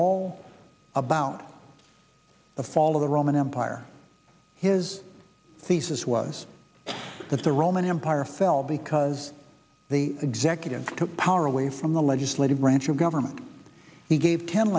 all about the fall of the roman empire his thesis was that the roman empire fell because the executive took power away from the legislative branch of government he gave ten